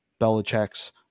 Belichick's